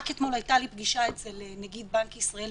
רק אתמול הייתה לי פגישה אצל נגיד בנק ישראל,